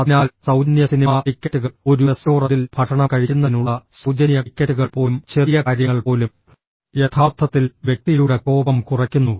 അതിനാൽ സൌജന്യ സിനിമാ ടിക്കറ്റുകൾ ഒരു റെസ്റ്റോറന്റിൽ ഭക്ഷണം കഴിക്കുന്നതിനുള്ള സൌജന്യ ടിക്കറ്റുകൾ പോലും ചെറിയ കാര്യങ്ങൾ പോലും യഥാർത്ഥത്തിൽ വ്യക്തിയുടെ കോപം കുറയ്ക്കുന്നു